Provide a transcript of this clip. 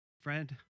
friend